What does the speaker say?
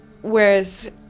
Whereas